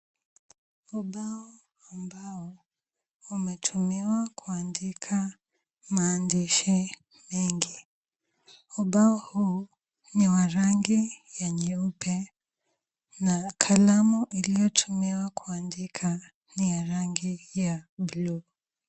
Ubao wa mbao umetumiwa kuandika maandishi mengi. Ubao huu ni wa rangi ya nyeupe na kalamu iliyotumiwa kuandika ni ya rangi ya buluu.